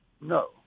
No